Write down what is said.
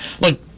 Look